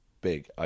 big